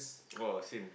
oh same